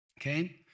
Okay